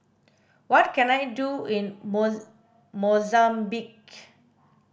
what can I do in Mozambique